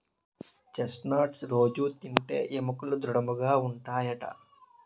chest nuts రొజూ తింటే ఎముకలు దృడముగా ఉంటాయట